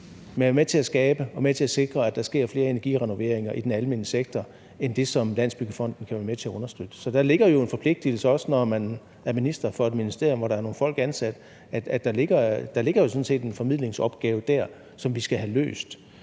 skabe og med til at sikre, at der sker flere energirenoveringer i den almene sektor end dem, som Landsbyggefonden kan være med til at understøtte. Der ligger jo også en forpligtigelse, når man er minister for et ministerium, hvor der er nogle folk ansat – der ligger sådan set en formidlingsopgave der, som vi skal have løst.